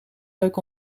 leuk